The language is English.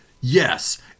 Yes